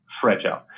fragile